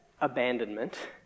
abandonment